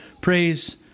praise